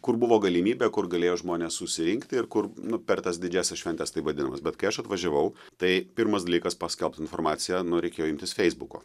kur buvo galimybė kur galėjo žmonės susirinkti ir kur nu per tas didžiąsias šventes taip vadinamas bet kai aš atvažiavau tai pirmas dalykas paskelbt informaciją nu reikėjo imtis feisbuko